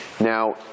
Now